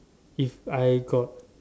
if I got